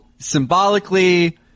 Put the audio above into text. Symbolically